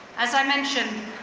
as i mentioned,